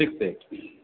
six eight